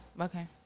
Okay